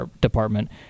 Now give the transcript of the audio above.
department